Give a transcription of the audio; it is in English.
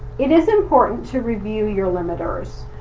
it is important to review your limiters.